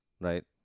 right